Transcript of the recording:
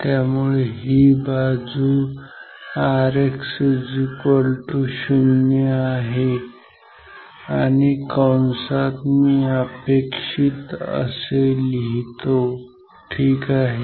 त्यामुळे ही बाजू Rx0 आहे आणि कंसात मी अपेक्षित असे लिहितो ठीक आहे